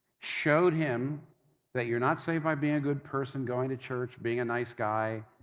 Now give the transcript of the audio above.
showed him that you're not saved by being a good person, going to church, being a nice guy,